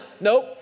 Nope